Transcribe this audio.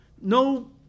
no